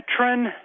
veteran